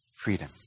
freedom